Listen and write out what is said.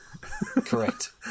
Correct